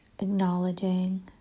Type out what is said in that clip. acknowledging